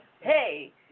Hey